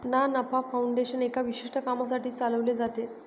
ना नफा फाउंडेशन एका विशिष्ट कामासाठी चालविले जाते